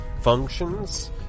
functions